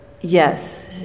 Yes